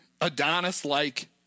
Adonis-like